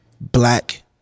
black